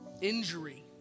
injury